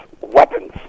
weapons